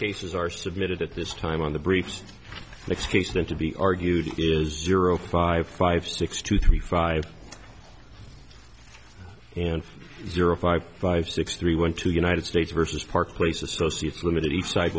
cases are submitted at this time on the briefs next case then to be argued is zero five five six two three five and zero five five six three went to united states versus park place associates ltd each side